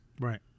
Right